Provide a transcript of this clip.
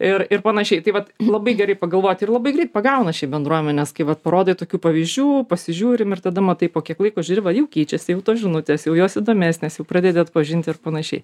ir ir panašiai taip vat labai gerai pagalvoti ir labai greit pagauna šiaip bendruomenės kai vat parodai tokių pavyzdžių pasižiūrim ir tada matai po kiek laiko žiūri va jau keičiasi jau tos žinutės jau jos įdomesnės jau pradedi atpažinti ir panašiai